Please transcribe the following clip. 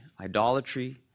idolatry